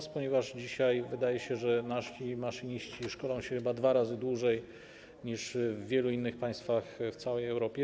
Pytam, ponieważ dzisiaj wydaje się, że nasi maszyniści szkolą się chyba dwa razy dłużej niż maszyniści w wielu innych państwach w całej Europie.